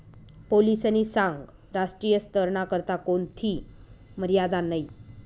पोलीसनी सांगं राष्ट्रीय स्तरना करता कोणथी मर्यादा नयी